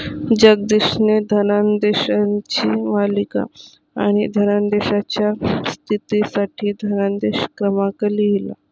जगदीशने धनादेशांची मालिका आणि धनादेशाच्या स्थितीसाठी धनादेश क्रमांक लिहिला